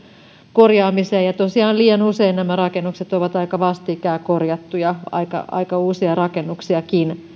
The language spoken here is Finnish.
korjaamiseen tosiaan liian usein nämä rakennukset ovat aika vastikään korjattuja aika aika uusiakin rakennuksia